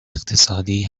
اقتصادی